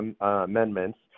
amendments